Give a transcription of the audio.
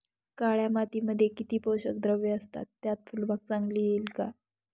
काळ्या मातीमध्ये किती पोषक द्रव्ये असतात, त्यात फुलबाग चांगली येईल का?